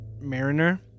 Mariner